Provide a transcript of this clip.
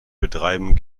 betreiben